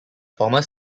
former